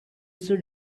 should